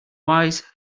wise